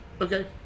Okay